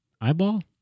eyeball